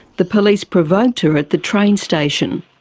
the police provoked her at the train station.